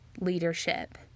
leadership